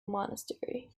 monastery